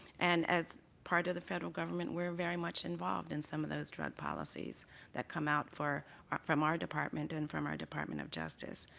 and as part of the federal government, we're very much involved in some of those drug policies that come out from our department and from our department of justice.